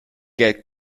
get